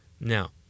Now